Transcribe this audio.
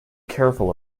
careful